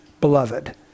beloved